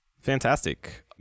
Fantastic